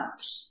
apps